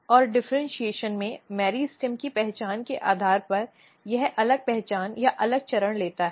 और डिफ़र्इन्शीएशन में मेरिस्टेम की पहचान के आधार पर यह अलग पहचान या अलग चरण लेता है